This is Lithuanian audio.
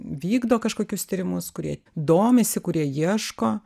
vykdo kažkokius tyrimus kurie domisi kurie ieško